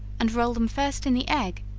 and roll them first in the egg,